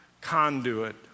conduit